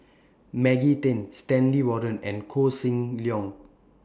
Maggie Teng Stanley Warren and Koh Seng Leong